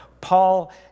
Paul